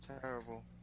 terrible